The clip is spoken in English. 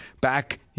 back